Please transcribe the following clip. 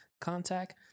contact